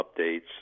updates